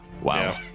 Wow